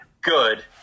good